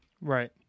Right